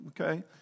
okay